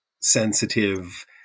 sensitive